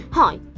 Hi